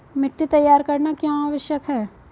मिट्टी तैयार करना क्यों आवश्यक है?